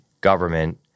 government